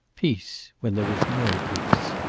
peace when there was no peace.